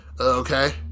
okay